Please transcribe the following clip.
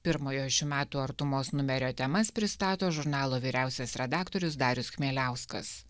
pirmojo šių metų artumos numerio temas pristato žurnalo vyriausias redaktorius darius chmieliauskas